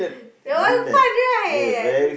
that one fun right